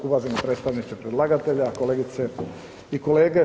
Uvaženi predstavniče predlagatelja, kolegice i kolege.